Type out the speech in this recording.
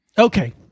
Okay